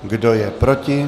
Kdo je proti?